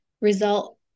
result